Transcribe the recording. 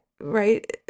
right